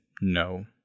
no